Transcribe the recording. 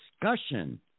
discussion